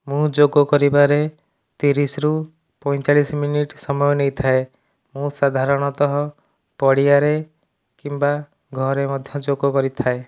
ମୁଁ ଯୋଗ କରିବାରେ ତିରିଶରୁ ପଇଁଚାଳିଶ ମିନିଟ୍ ସମୟ ନେଇଥାଏ ମୁଁ ସାଧାରଣତଃ ପଡ଼ିଆରେ କିମ୍ବା ଘରେ ମଧ୍ୟ ଯୋଗ କରିଥାଏ